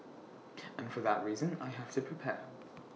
and for that reason I have to prepare